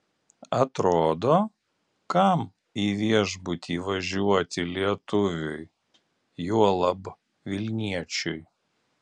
atrodo kam į viešbutį važiuoti lietuviui juolab vilniečiui